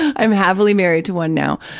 i'm happily married to one now,